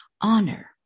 honor